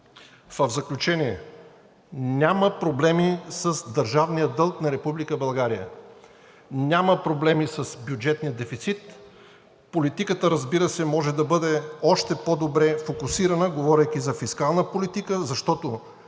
В заключение, няма проблеми с държавния дълг на Република България, няма проблеми с бюджетния дефицит. Политиката, разбира се, може да бъде още по-добре фокусирана, говорейки за фискална политика, защото